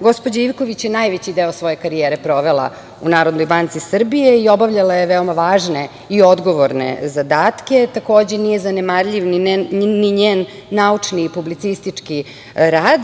gospođa Ivković je najveći deo svoje karijere provela u NBS i obavljala je veoma važne i odgovorne zadatke. Takođe nije zanemarljiv ni njen naučni publicistički rad.